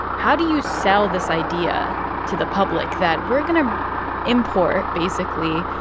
how do you sell this idea to the public that we're going to import, basically,